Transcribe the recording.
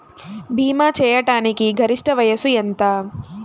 భీమా చేయాటానికి గరిష్ట వయస్సు ఎంత?